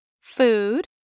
Food